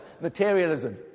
materialism